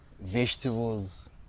vegetables